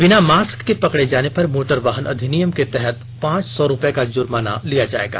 बिना मास्क के पकड़े जाने पर मोटर वाहन अधिनियम के तहत पांच सौ रुपये का जुर्माना लिया जायेगा